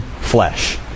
flesh